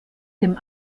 dem